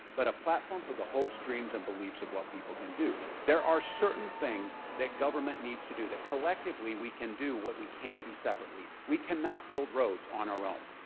but a platform for the hopes, dreams, and beliefs of what people can do. there are certain things that government needs to do that collectively, we can do what we can't do separately. we cannot build roads on our own.